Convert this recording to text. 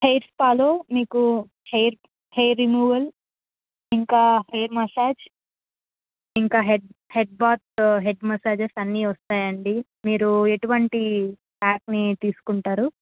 hair స్పాలో మీకు hair hair removal ఇంకా హెయిర్ మసాజ్ ఇంకా హెడ్ బాత్ హెడ్ మసాజస్ అన్ని వస్తాయండి మీరు ఎటువంటి యాప్ని తీసుకుంటారు